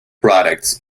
products